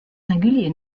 singulier